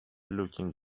looking